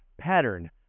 pattern